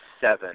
seven